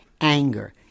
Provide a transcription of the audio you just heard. anger